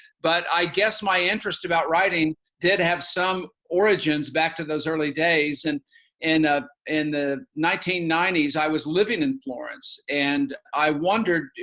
but i guess my interest about writing did have some origins back to those early days and in ah in the nineteen ninety s i was living in florence, and i wondered,